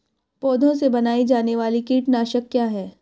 पौधों से बनाई जाने वाली कीटनाशक क्या है?